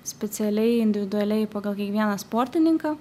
specialiai individualiai pagal kiekvieną sportininką